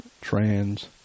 trans